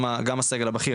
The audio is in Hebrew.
גם הסגל הבכיר,